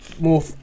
more